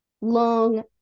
long